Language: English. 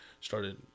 Started